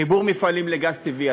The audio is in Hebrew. חיבור מפעלים לגז טבעי.